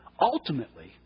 ultimately